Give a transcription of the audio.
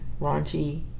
raunchy